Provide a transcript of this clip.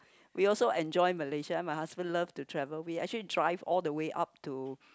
we also enjoy Malaysia my husband love to travel we actually drive all the way up to